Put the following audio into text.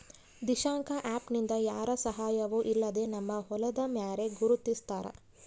Dishank app ನಿಂದ ಯಾರ ಸಹಾಯವೂ ಇಲ್ಲದೆ ನಮ್ಮ ಹೊಲದ ಮ್ಯಾರೆ ಗುರುತಿಸ್ತಾರ